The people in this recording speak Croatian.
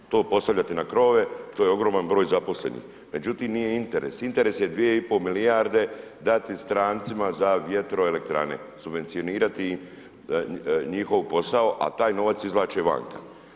To postavljati na krovove, to je ogroman broj zaposlenih međutim nije interes, interes je 2,5 milijarde dati strancima za vjetroelektrane, subvencionirati njihov posao a taj novac izvlače vanka.